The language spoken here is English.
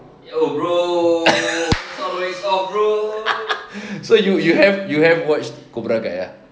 so so you have watch cobra kai ah